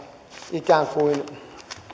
ikään kuin